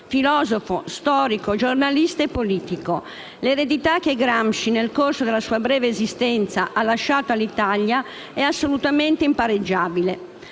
Filosofo, storico, giornalista e politico, l'eredità che Gramsci, nel corso della sua breve esistenza, ha lasciato all'Italia è assolutamente impareggiabile.